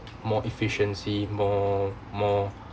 more efficiency more more